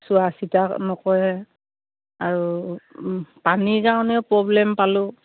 চোৱা চিতা নকৰে আৰু পানীৰ কাৰণেও প্ৰব্লেম পালোঁ